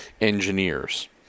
engineers